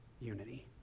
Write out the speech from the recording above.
unity